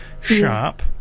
sharp